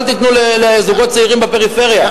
אל תיתנו לזוגות צעירים בפריפריה,